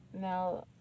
now